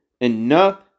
enough